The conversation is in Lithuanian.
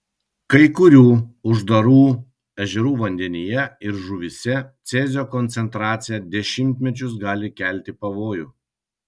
kai kurių uždarų ežerų vandenyje ir žuvyse cezio koncentracija dešimtmečius gali kelti pavojų